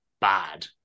bad